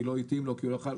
כי לא התאים להם.